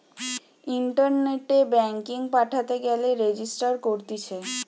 ইন্টারনেটে ব্যাঙ্কিং পাঠাতে গেলে রেজিস্টার করতিছে